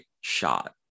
shot